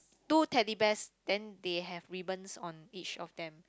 two Teddy Bears then they have ribbons on each of them